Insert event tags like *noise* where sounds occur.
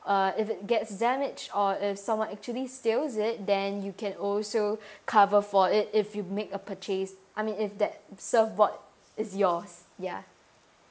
uh if it gets damaged or if someone actually steals it then you can also *breath* cover for it if you make a purchase I mean if that surf board is yours ya